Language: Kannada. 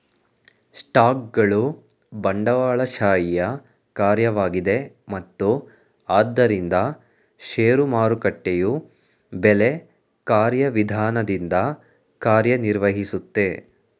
ಸ್ಟಾಕ್ಗಳು ಬಂಡವಾಳಶಾಹಿಯ ಕಾರ್ಯವಾಗಿದೆ ಮತ್ತು ಆದ್ದರಿಂದ ಷೇರು ಮಾರುಕಟ್ಟೆಯು ಬೆಲೆ ಕಾರ್ಯವಿಧಾನದಿಂದ ಕಾರ್ಯನಿರ್ವಹಿಸುತ್ತೆ